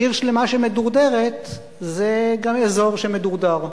עיר שלמה שמדורדרת זה גם אזור שמדורדר.